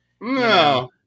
No